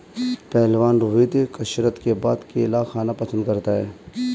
पहलवान रोहित कसरत के बाद केला खाना पसंद करता है